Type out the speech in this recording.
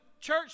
church